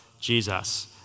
Jesus